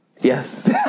Yes